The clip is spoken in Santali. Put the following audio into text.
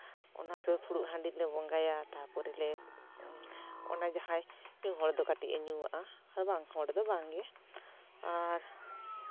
ᱚᱱᱟ ᱯᱮ ᱯᱷᱩᱲᱩᱜ ᱦᱟᱺᱰᱤᱞᱮ ᱵᱚᱸᱜᱟᱭᱟ ᱛᱟᱨᱯᱚᱨᱮ ᱞᱮ ᱚᱱᱟ ᱡᱟᱦᱟᱸᱭ ᱧᱩ ᱦᱚᱲ ᱫᱚ ᱠᱟᱹᱴᱤᱡᱼᱮ ᱧᱩᱣᱟᱜᱼᱟ ᱟᱨ ᱵᱟᱝ ᱦᱚᱲ ᱫᱚ ᱵᱟᱝ ᱜᱮ ᱟᱨ